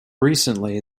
recently